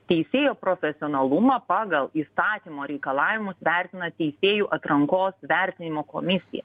teisėjų profesionalumą pagal įstatymo reikalavimus vertina teisėjų atrankos vertinimo komisija